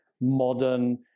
modern